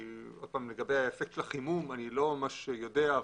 לגבי אפקט החימום אני לא ממש יודע,